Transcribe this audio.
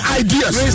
ideas